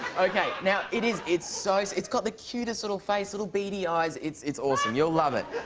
okay, now it is it's so it's it's got the cutest little face, little beady eyes. it's it's awesome. you'll love it.